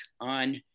on